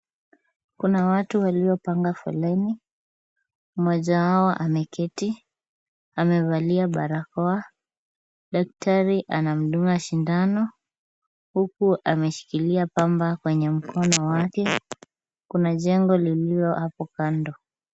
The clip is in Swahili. Kuna watu waliopanga foleni. Mmoja wao ameketi. Amevalia barakoa. Daktari anamdunga sindano, huku ameshikilia pamba kwenye mkono wake. Kuna jengo lililo hapo kando.